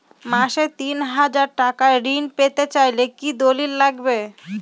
মাসে তিন হাজার টাকা ঋণ পেতে চাইলে কি দলিল লাগবে?